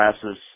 classes